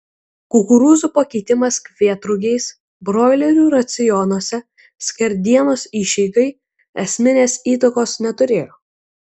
kukurūzų pakeitimas kvietrugiais broilerių racionuose skerdienos išeigai esminės įtakos neturėjo